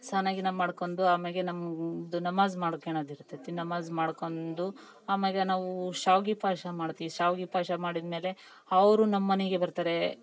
ಸ್ನಾನ ಗಿನ ಮಾಡ್ಕೊಂಡು ಆಮ್ಯಾಗೆ ನಮ್ದು ನಮಾಜ್ ಮಾಡ್ಕಳೋದ್ ಇರ್ತೈತಿ ನಮಾಜ್ ಮಾಡ್ಕೊಂಡು ಆಮ್ಯಾಗ ನಾವು ಶಾವಿಗೆ ಪಾಯಸ ಮಾಡ್ತೀವಿ ಶಾವಿಗೆ ಪಾಯಸ ಮಾಡಿದಮೇಲೆ ಅವರು ನಮ್ಮನೆಗೆ ಬರ್ತಾರೆ